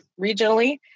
regionally